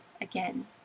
again